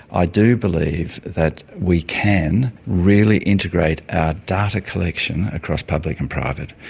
i do believe that we can really integrate our data collection across public and private.